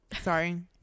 Sorry